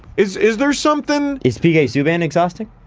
is is there something? is p k. subban exhausting?